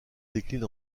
décline